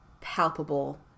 palpable